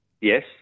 Yes